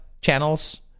channels